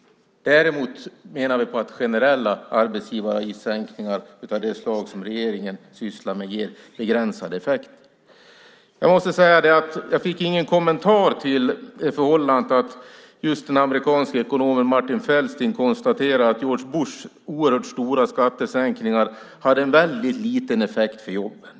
Däremot menar vi att generella arbetsgivaravgiftssänkningar av det slag som regeringen sysslar med ger begränsad effekt. Jag fick ingen kommentar till det förhållandet att den amerikanske ekonomen Martin Feldstein konstaterar att George Bushs oerhört stora skattesänkningar hade en väldigt liten effekt på jobben.